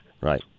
Right